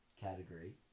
category